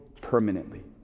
permanently